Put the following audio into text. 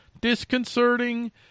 disconcerting